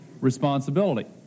responsibility